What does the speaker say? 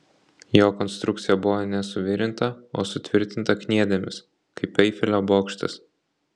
jo konstrukcija buvo ne suvirinta o sutvirtinta kniedėmis kaip eifelio bokštas